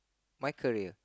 my career